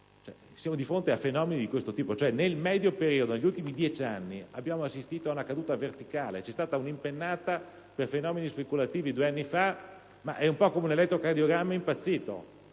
siamo di fronte a fenomeni di questo tipo: nel medio periodo, negli ultimi dieci anni abbiamo assistito ad una caduta verticale dei prezzi. C'è stata un'impennata per fenomeni speculativi due anni fa, ma è un po' come un elettrocardiogramma impazzito,